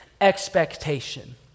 expectation